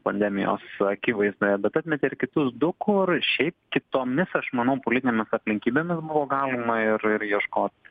pandemijos akivaizdoje bet atmetė ir kitus du kur šiaip kitomis aš manau politinėmis aplinkybėmis buvo galima ir ir ieškot